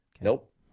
Nope